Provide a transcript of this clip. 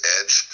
Edge